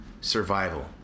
Survival